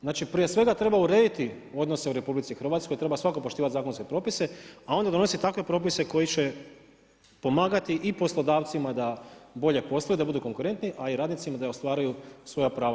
Znači, prije svega treba urediti odnose u RH, treba svakako poštivati zakonske propise, a onda donositi takve propise koji će pomagati i poslodavcima da bolje posluju, da budu konkurentni, a i radnicima da ostvaruju svoja prava.